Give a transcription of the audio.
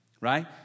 right